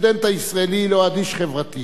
הסטודנט הישראלי לא אדיש חברתית,